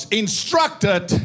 instructed